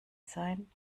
sein